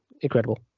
incredible